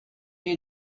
you